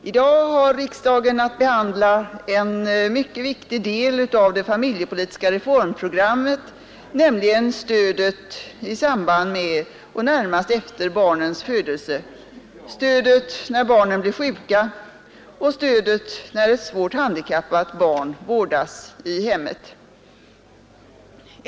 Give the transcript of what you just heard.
I dag har riksdagen att behandla en mycket viktig del av det familjepolitiska reformprogrammet, nämligen stödet i samband med och närmast efter barnens födelse, stödet när barnen blir sjuka och stödet när ett svårt handikappat barn vårdas i hemmet.